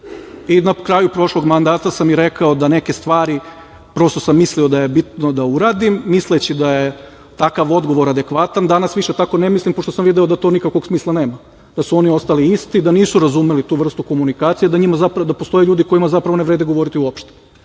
i na kraju prošlog mandata sam rekao da je neke stvari, mislio sam, bitno da uradim, misleći da je takav odgovor adekvatan. Danas više tako ne mislim, pošto sam video da to nikakvog smisla nema, da su oni ostali isti, da nisu razumeli tu vrstu komunikacije, da postoje ljudi kojima zapravo ne vredi govoriti uopšte.